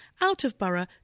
out-of-borough